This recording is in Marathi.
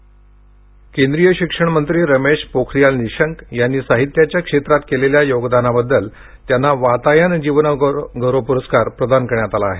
पोखरियाल केंद्रीय शिक्षण मंत्री रमेश पोखरियाल निशंक यांनी साहित्याच्या क्षेत्रात केलेल्या योगदानाबद्दल त्यांना वातायन जीवन गौरव पुरस्कार प्रदान करण्यात आला आहे